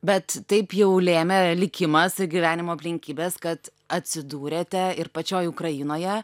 bet taip jau lėmė likimas ir gyvenimo aplinkybės kad atsidūrėte ir pačioj ukrainoje